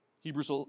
Hebrews